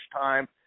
time